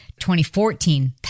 2014